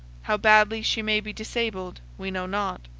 how badly she may be disabled we know not.